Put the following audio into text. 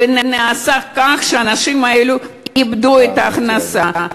ונעשה כך שהאנשים האלו איבדו את ההכנסה,